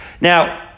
Now